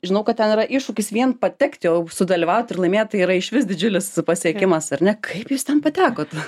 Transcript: žinau kad ten yra iššūkis vien patekti o sudalyvaut ir laimėt tai yra išvis didžiulis pasiekimas ar ne kaip jūs ten patekot